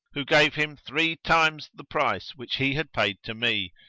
who gave him three times the price which he had paid to me,